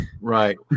Right